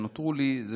זה שוואללה,